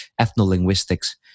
ethno-linguistics